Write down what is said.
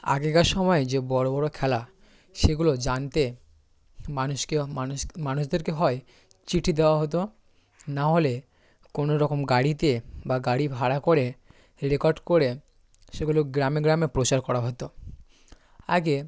আগেকার সময়ে যে বড় বড় খেলা সেগুলো জানতে মানুষকে মানুষ মানুষদেরকে হয় চিঠি দেওয়া হতো না হলে কোনো রকম গাড়িতে বা গাড়ি ভাড়া করে রেকর্ড করে সেগুলো গ্রামে গ্রামে প্রচার করা হতো আগে